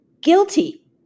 guilty